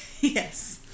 Yes